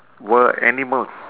were animals